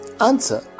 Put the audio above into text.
Answer